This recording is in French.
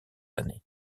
années